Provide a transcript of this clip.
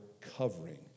covering